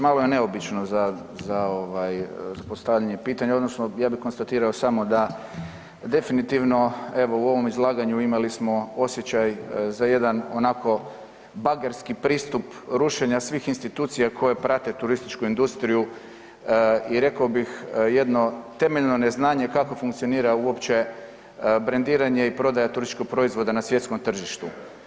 Malo je neobično za, za ovaj za postavljanje pitanja odnosno ja bi konstatirao samo da definitivno evo u ovom izlaganju imali smo osjećaj za jedan onako bagerski pristup rušenja svih institucija koje prate turističku industriju i rekao bih jedno temeljno neznanje kako funkcionira uopće brendiranje i prodaja turističkog proizvoda na svjetskom tržištu.